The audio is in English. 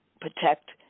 protect